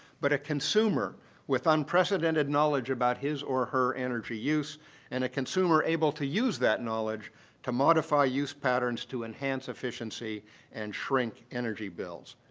but a consumer with unprecedented knowledge about his or her energy use and a consumer able to use that knowledge to modify use patterns to enhance efficiency and shrink energy bills.